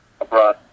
abroad